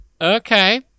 Okay